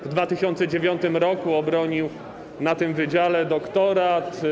W 2009 r. obronił na tym wydziale doktorat.